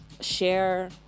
share